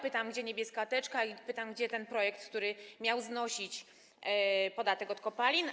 Pytam, gdzie niebieska teczka, i pytam, gdzie ten projekt, który miał znosić podatek od kopalin.